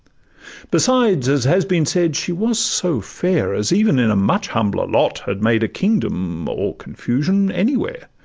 besides, as has been said, she was so fair as even in a much humbler lot had made a kingdom or confusion anywhere,